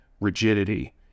rigidity